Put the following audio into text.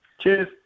Cheers